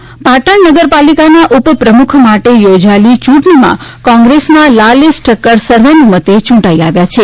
ચુંટણી નગરપાલિકા પાટણ નગરપાલિકાના ઉપપ્રમુખ માટે યોજાયેલી ચૂંટણીમાં કોંગ્રેસના લાલેશ ઠક્કર સર્વાનુમતે ચૂંટાઈ આવ્યા છે